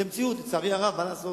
זו מציאות, לצערי הרב, מה לעשות.